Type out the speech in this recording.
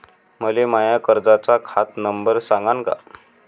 मले माया कर्जाचा खात नंबर सांगान का?